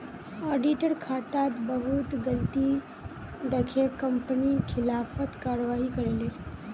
auditor खातात बहुत गलती दखे कंपनी खिलाफत कारवाही करले